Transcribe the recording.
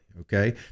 Okay